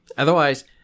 Otherwise